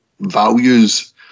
values